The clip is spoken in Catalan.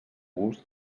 gust